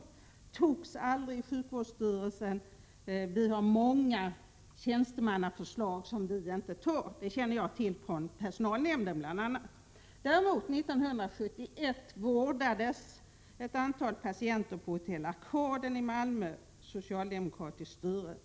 Det beslutet togs aldrig av sjukvårdsstyrelsen. Vi har många tjänstemannaförslag som vi inte antar, det känner jag till från bl.a. personalnämnden. Däremot vårdades 1971 ett antal patienter på hotell Arkaden i Malmö. Vid den tiden styrde socialdemokraterna i Malmö.